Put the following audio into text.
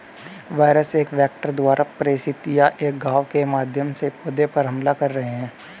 virus एक vector द्वारा प्रेषित या एक घाव के माध्यम से पौधे पर हमला कर रहे हैं